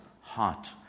heart